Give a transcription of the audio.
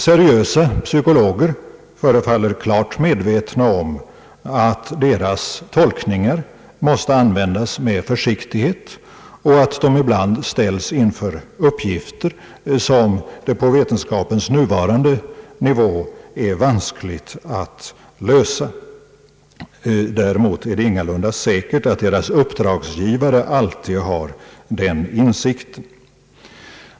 Seriösa psykologer förefaller klart medvetna om att deras tolkningar måste användas med stor försiktighet och att de ibland ställs inför uppgifter som på vetenskapens nuvarande nivå är vanskliga att lösa. Däremot är det ingalunda säkert att lämplighetsprövning av blivande präster deras uppdragsgivare alltid har sådan insikt.